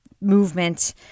movement